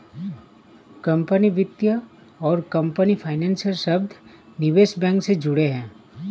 company वित्त और company financer शब्द निवेश बैंक से जुड़े हैं